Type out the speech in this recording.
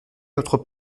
notre